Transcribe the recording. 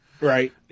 right